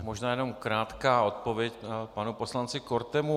Možná jenom krátká odpověď panu poslanci Kortemu.